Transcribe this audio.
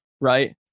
right